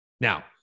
Now